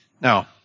Now